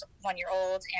one-year-old